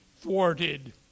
thwarted